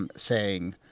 and saying,